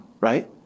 Right